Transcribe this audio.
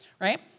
right